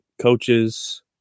coaches